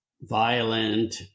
violent